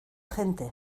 gente